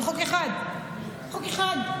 בחוק אחד, חוק אחד.